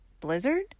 blizzard